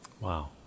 Wow